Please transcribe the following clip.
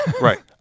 Right